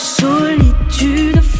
solitude